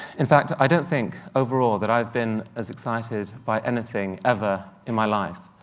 in fact, i don't think, overall, that i've been as excited by anything ever in my life.